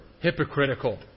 hypocritical